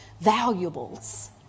valuables